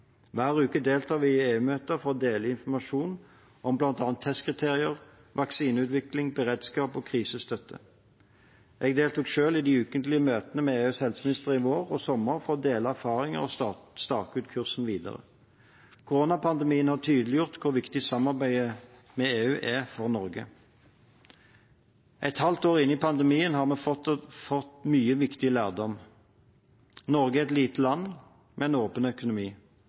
Hver uke deltar vi i EU-møter for å dele informasjon om bl.a. testkriterier, vaksineutvikling, beredskap og krisestøtte. Jeg deltok selv i de ukentlige møtene med EUs helseministre i vår og i sommer for å dele erfaringer og stake ut kursen videre. Koronapandemien har tydeliggjort hvor viktig samarbeidet med EU er for Norge. Et halvt år inne i pandemien har vi fått mye viktig lærdom. Norge er et lite land med en åpen økonomi.